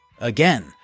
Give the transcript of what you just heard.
Again